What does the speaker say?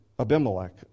Abimelech